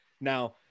now